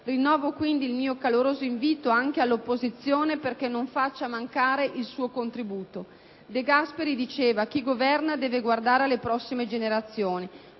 Rinnovo quindi il mio caloroso invito anche all'opposizione perché non faccia mancare il suo contributo. De Gasperi ebbe ad affermare: «Chi governa deve guardare alle prossime generazioni».